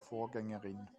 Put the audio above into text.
vorgängerin